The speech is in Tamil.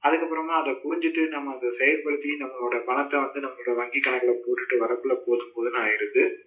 அதுக்கப்புறமா அதை புரிஞ்சுட்டு நம்ம அதை செயல்படுத்தி நம்மளோட பணத்தை வந்து நம்மளோட வங்கி கணக்கில் போட்டுகிட்டு வரக்குள்ளே போதும் போதுன்னு ஆகிருது